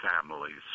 families